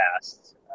past